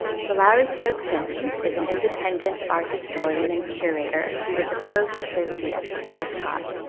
so lowery stokes sims is an independent art historian and curator who was a close associate of colescott,